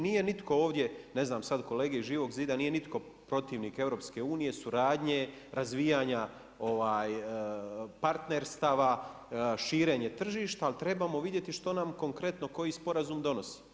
Nije nitko ovdje, ne znam sad kolege iz Živog zida, nije nitko protivnik EU-a, suradnje, razvijanja partnerstava, širenje tržišta, ali trebamo vidjeti što nam konkretno, koji sporazum donosi.